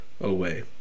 away